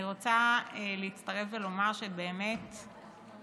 אני רוצה להצטרף ולומר שאת השראה.